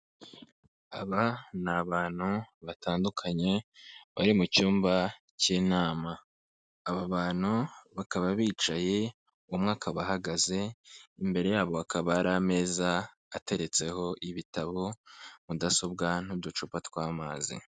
Aba ni abantu batandukanye bari mu cyumba cy'inama. Aba bantu bakaba bicaye, umwe akaba ahahagaze, imbere yabo bakaba hari ameza ateretseho ibitabo, mudasobwa, n'uducupa tw'amazi.